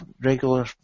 regular